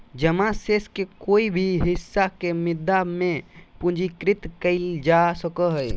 जमा शेष के कोय भी हिस्सा के मुद्दा से पूंजीकृत कइल जा सको हइ